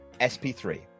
sp3